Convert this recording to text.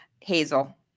Hazel